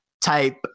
type